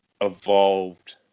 evolved